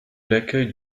l’accueil